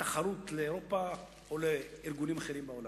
לתחרות לאירופה או לארגונים אחרים בעולם.